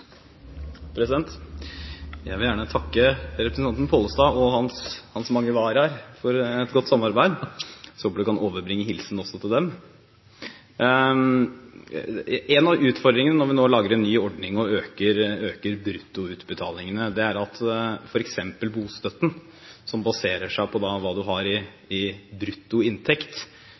Jeg vil gjerne takke representanten Pollestad og hans mange varaer for et godt samarbeid, så jeg håper han kan overbringe hilsen også til dem! En av utfordringene når vi nå lager en ny ordning og øker bruttoutbetalingene, er at f.eks. bostøtten, som baserer seg på hva du har i bruttoinntekt,